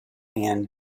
and